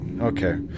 okay